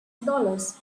dollars